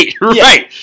right